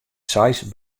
seis